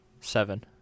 Seven